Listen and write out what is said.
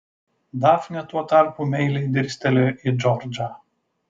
dafnė tuo tarpu meiliai dirstelėjo į džordžą